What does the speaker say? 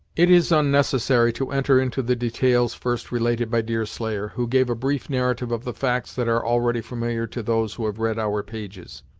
it is unnecessary to enter into the details first related by deerslayer, who gave a brief narrative of the facts that are already familiar to those who have read our pages.